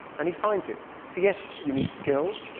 and he finds it. so yes, you need skill,